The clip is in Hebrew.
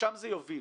לשם זה יוביל.